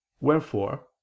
Wherefore